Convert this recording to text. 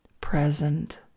present